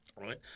Right